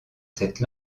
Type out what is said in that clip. cette